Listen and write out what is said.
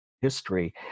history